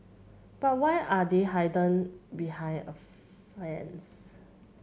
but why are they hidden behind a fence